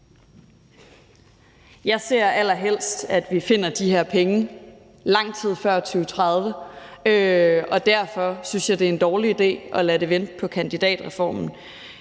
Jeg ser allerhelst, at vi finder de her penge lang tid før 2030, og derfor synes jeg, det er en dårlig idé at lade det vente på kandidatreformen.